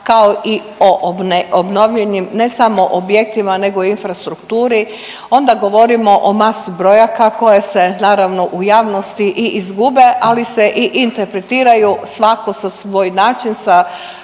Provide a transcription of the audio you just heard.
kao i obnovljenim ne samo objektima nego infrastrukturi onda govorimo o masi brojaka koja se naravno u javnosti i izgube, ali se i interpretiraju svako sa svoj način sa